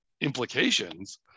implications